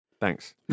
Thanks